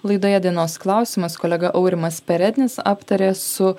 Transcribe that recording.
laidoje dienos klausimas kolega aurimas perednis aptarė su